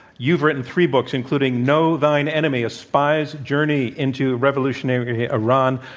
you've written three books, including, know thine enemy a spy's journey into revolutionary iran.